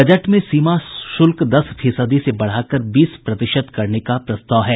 budget में सीमा शुल्क दस फीसदी से बढ़ाकर बीस प्रतिशत करने का प्रस्ताव है